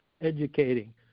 educating